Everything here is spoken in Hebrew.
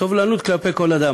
סובלנות כלפי כל אדם.